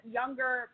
younger